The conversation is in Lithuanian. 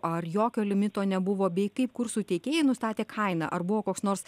ar jokio limito nebuvo bei kaip kursų teikėjai nustatė kainą ar buvo koks nors